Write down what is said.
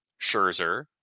Scherzer